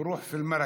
באום אל-פחם,